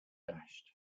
dashed